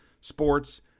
sports